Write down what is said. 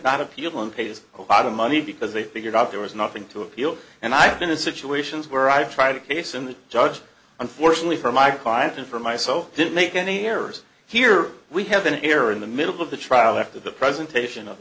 not appeal and pays a lot of money because they figured out there was nothing to appeal and i've been in situations where i've tried a case and the judge unfortunately for my client and for my so didn't make any errors here we have an error in the middle of the trial after the presentation of